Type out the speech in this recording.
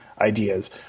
ideas